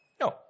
No